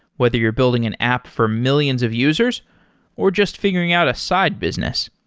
whether you're building an app for millions of users or just figuring out a side business.